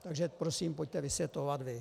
Takže prosím, pojďte vysvětlovat vy.